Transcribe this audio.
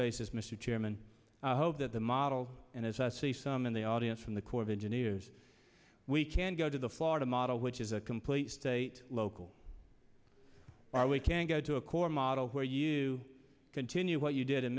basis mr chairman hope that the model and as i say some in the audience from the corps of engineers we can go to the florida model which is a complete state local where we can go to a core model where you continue what you did in